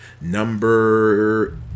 Number